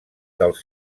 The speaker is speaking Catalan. dels